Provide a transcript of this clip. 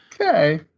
Okay